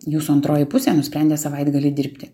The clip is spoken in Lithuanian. jūsų antroji pusė nusprendė savaitgalį dirbti